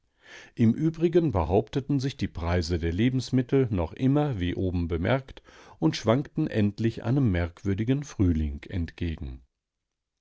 im übrigen behaupteten sich die preise der lebensmittel noch immer wie oben bemerkt und schwankten endlich einem merkwürdigen frühling entgegen